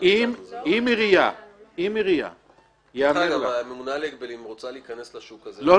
דרך אגב, הממונה על ההגבלים רוצה להיכנס לשוק הזה.